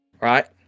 Right